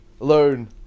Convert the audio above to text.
alone